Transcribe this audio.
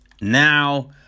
Now